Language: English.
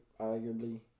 arguably